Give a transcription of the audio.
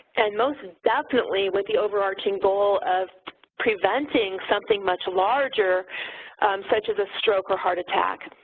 and most definitely, with the over-arching goal of preventing something much larger such as a stroke or heart attack.